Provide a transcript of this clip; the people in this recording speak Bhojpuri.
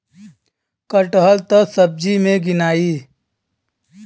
कटहल त सब्जी मे गिनाई